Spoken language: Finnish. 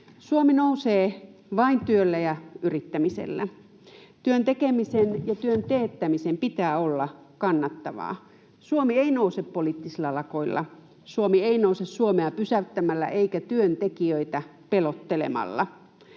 Suomi nousee vain työllä ja yrittämisellä. Työn tekemisen ja työn teettämisen pitää olla kannattavaa. Suomi ei nouse poliittisilla lakoilla. Suomi ei nouse Suomea pysäyttämällä eikä työntekijöitä pelottelemalla.